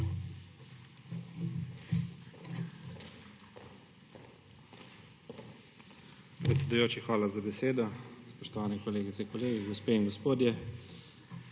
Hvala